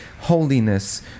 holiness